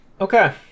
Okay